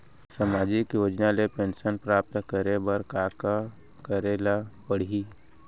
सामाजिक योजना ले पेंशन प्राप्त करे बर का का करे ल पड़ही?